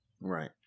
Right